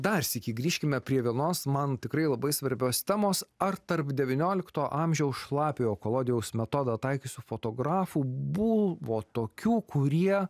dar sykį grįžkime prie vienos man tikrai labai svarbios temos ar tarp devyniolikto amžiaus šlapiojo kolodijaus metodą taikiusių fotografų buvo tokių kurie